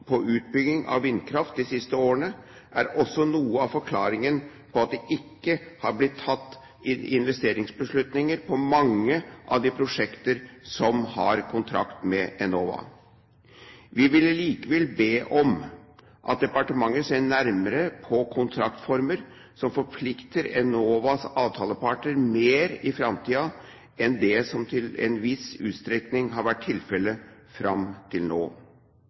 på utbygging av vindkraft de siste årene, er også noe av forklaringen på at det ikke har blitt tatt investeringsbeslutninger på mange av de prosjektene som har kontrakt med Enova. Vi vil likevel be om at departementet ser nærmere på kontraktsformer som forplikter Enovas avtalepartnere mer i framtiden enn det som til en viss utstrekning har vært tilfellet fram til nå.